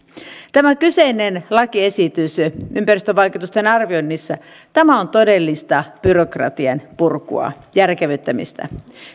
tämä kyseinen lakiesitys ympäristövaikutusten arvioinnista on todellista byrokratian purkua järkevöittämistä